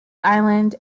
island